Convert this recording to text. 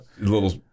little